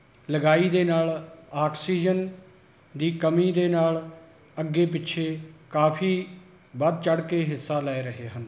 ਲਗਾਈ ਦੇ ਨਾਲ ਆਕਸੀਜਨ ਦੀ ਕਮੀ ਦੇ ਨਾਲ ਅੱਗੇ ਪਿੱਛੇ ਕਾਫ਼ੀ ਵੱਧ ਚੜ੍ਹ ਕੇ ਹਿੱਸਾ ਲੈ ਰਹੇ ਹਨ